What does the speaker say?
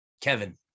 Kevin